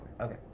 Okay